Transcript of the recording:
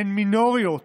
הן מינוריות